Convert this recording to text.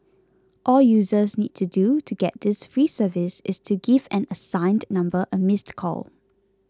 all users need to do to get this free service is to give an assigned number a missed call